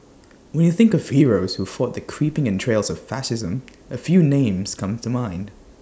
when you think of heroes who fought the creeping entrails of fascism A few names come to mind